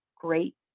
great